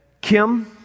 Kim